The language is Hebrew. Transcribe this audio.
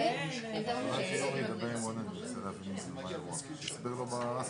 וחצי אנשים במועצה הארצית,